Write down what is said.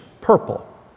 purple